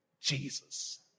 Jesus